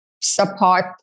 support